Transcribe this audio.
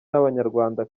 n’abanyarwanda